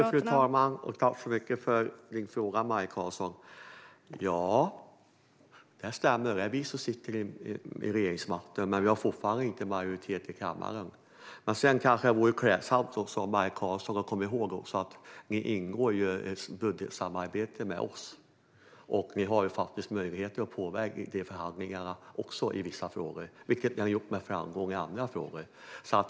Fru talman! Det stämmer; det är vi som sitter med regeringsmakten - men vi har fortfarande inte majoritet i kammaren. Sedan vore det kanske klädsamt om du kom ihåg att Vänsterpartiet ingår i ett budgetsamarbete med oss, Maj Karlsson. Ni har faktiskt möjlighet att påverka förhandlingarna i vissa frågor, vilket ni har gjort med framgång i andra frågor.